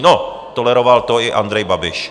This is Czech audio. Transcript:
No, toleroval to i Andrej Babiš.